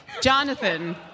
Jonathan